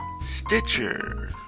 Stitcher